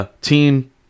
team